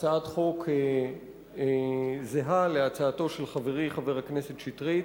הצעת חוק זהה להצעתו של חברי חבר הכנסת שטרית.